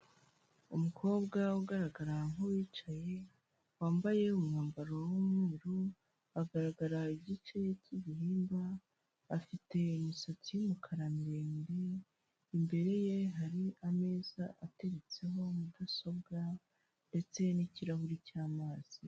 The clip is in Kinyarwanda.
Umukobwa ugaragara nk'uwicaye wambaye umwambaro w'umweru agaragara igice cy'igihimba afite imisatsi y'umukara miremire, imbere ye hari ameza ateretseho mudasobwa ndetse n'ikirahuri cy'amazi.